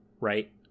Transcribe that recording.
right